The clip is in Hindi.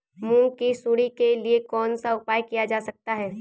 मूंग की सुंडी के लिए कौन सा उपाय किया जा सकता है?